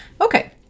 Okay